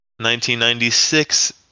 1996